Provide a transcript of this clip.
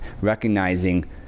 recognizing